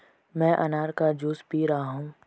मैं अनार का जूस पी रहा हूँ